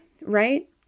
right